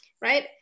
right